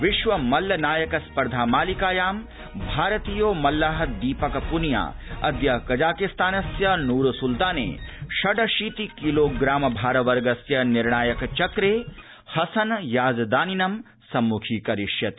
विश्वमल्लनायक स्पर्धामालिकायां भारतीयो मल्लः दीपकप्निया अद्य कजाकिस्तानस्य नुरसुल्ताने षडशीति किलोग्राम भारवर्गस्य निर्णायकचक्रे ईरानदेशीयं हसन याजदानिनं सम्मुखीकरिष्यति